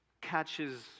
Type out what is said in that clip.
catches